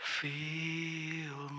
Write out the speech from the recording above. feel